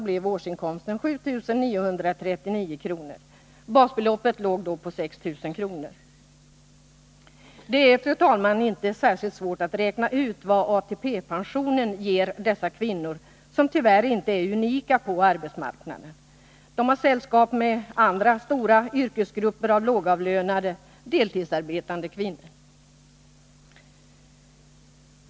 Det gick alltså ungefär jämnt upp. Det är, fru talman, inte särskilt svårt att räkna ut vad ATP-pensionen ger dessa kvinnor, som tyvärr inte är unika på arbetsmarknaden. De har sällskap av andra stora yrkesgrupper av lågavlönade, deltidsarbetande kvinnor.